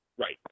right